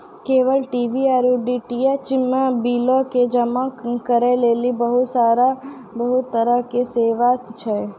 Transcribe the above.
cable TV आरु DTH के बिलो के जमा करै लेली बहुते तरहो के सेवा छै